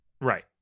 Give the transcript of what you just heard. right